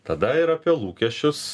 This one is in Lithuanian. tada ir apie lūkesčius